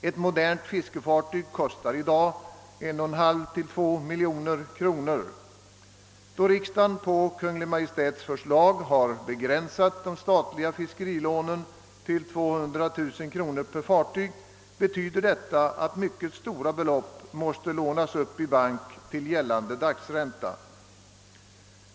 Ett modernt fiskefartyg kostar i dag 1,5—2 miljoner kronor. Då riksdagen på Kungl. Maj:ts förslag har begränsat de statliga fiskerilånen till 200 000 kronor per fartyg, betyder detta att mycket stora belopp måste lånas upp i bank till gällande dagsränta.